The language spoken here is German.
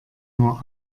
nur